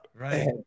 right